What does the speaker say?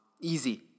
Easy